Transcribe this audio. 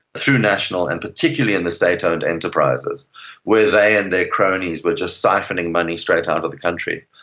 through national and particularly in the state owned enterprises where they and their cronies were just siphoning money straight out of the country.